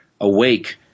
awake